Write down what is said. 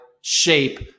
shape